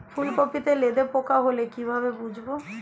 ফুলকপিতে লেদা পোকা হলে কি ভাবে বুঝবো?